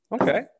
Okay